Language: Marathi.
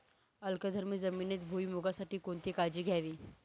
अल्कधर्मी जमिनीत भुईमूगासाठी कोणती काळजी घ्यावी?